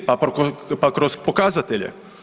Pa kroz pokazatelje.